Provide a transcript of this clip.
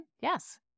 yes